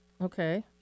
Okay